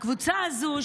הקבוצה הזו,